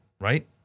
right